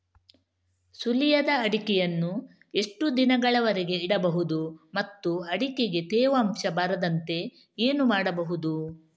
ಸುಲಿಯದ ಅಡಿಕೆಯನ್ನು ಎಷ್ಟು ದಿನಗಳವರೆಗೆ ಇಡಬಹುದು ಮತ್ತು ಅಡಿಕೆಗೆ ತೇವಾಂಶ ಬರದಂತೆ ಏನು ಮಾಡಬಹುದು?